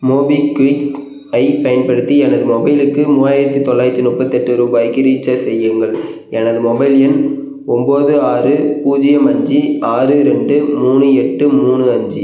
MobiKwik ஐப் பயன்படுத்தி எனது மொபைலுக்கு மூவாயிரத்தி தொள்ளாயிரத்தி முப்பத்தெட்டு ரூபாய்க்கு ரீசார்ஜ் செய்யுங்கள் எனது மொபைல் எண் ஒன்போது ஆறு பூஜ்யம் அஞ்சி ஆறு ரெண்டு மூணு எட்டு மூணு அஞ்சு